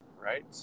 right